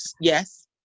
Yes